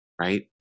Right